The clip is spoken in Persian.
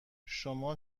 شما